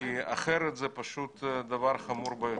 כי אחרת זה פשוט דבר חמור ביותר.